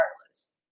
regardless